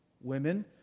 women